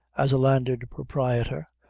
as a landed proprietor,